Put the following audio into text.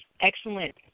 excellent